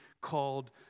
called